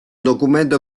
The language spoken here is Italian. documento